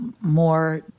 more